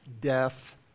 death